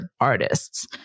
artists